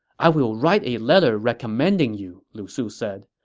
i will write a letter recommending you, lu su said.